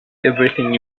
everything